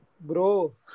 Bro